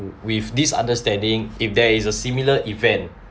with this understanding if there is a similar event